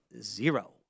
zero